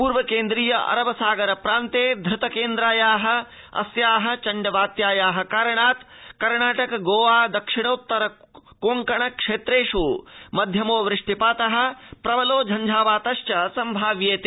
पूर्व केन्द्रीय अरब सागर प्रान्ते धृतकेन्द्रायाः अस्याश्चण्ड वात्यायाः कारणात् कर्णाटक गोवा दक्षिणोकोंकण क्षेत्रेष् मध्यमो वृष्टिपातः प्रबलो झञ्झावातश्च सम्भाव्येते